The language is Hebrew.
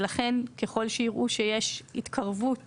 ולכן ככל שיראו שיש התקרבות